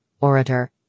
orator